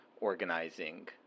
organizing